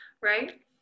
right